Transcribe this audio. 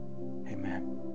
amen